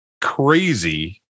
crazy